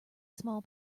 small